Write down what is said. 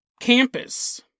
campus